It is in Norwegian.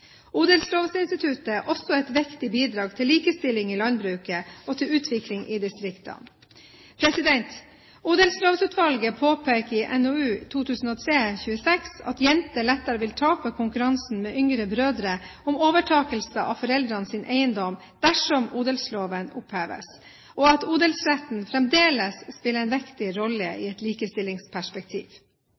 er også et viktig bidrag til likestilling i landbruket og til utvikling i distriktene. Odelslovsutvalget påpeker i NOU 2003:26 at jenter lettere vil tape konkurransen med yngre brødre om overtakelse av foreldrenes eiendom dersom odelsloven oppheves, og at odelsretten fremdeles spiller en viktig rolle i et likestillingsperspektiv.